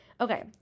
Okay